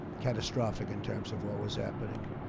catastrophic in terms of what was happening.